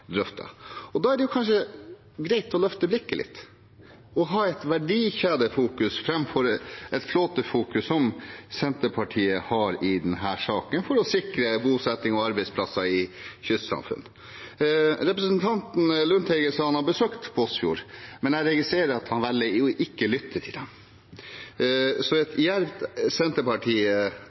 Da er det kanskje greit å løfte blikket litt og ha et verdikjedefokus framfor et flåtefokus – som Senterpartiet har i denne saken – for å sikre bosetting og arbeidsplasser i kystsamfunnene. Representanten Lundteigen sa han har besøkt Båtsfjord, men jeg registrerer at han velger å ikke lytte til dem. Et